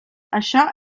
això